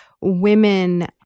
women